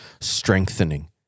Strengthening